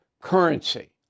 currency